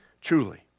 Truly